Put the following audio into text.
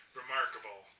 remarkable